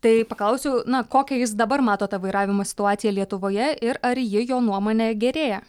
tai paklausiau na kokią jis dabar mato tą vairavimo situaciją lietuvoje ir ar ji jo nuomone gerėja